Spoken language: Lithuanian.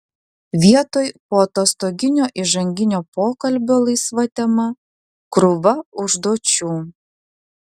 vietoj poatostoginio įžanginio pokalbio laisva tema krūva užduočių